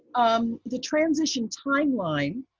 um the transition timeline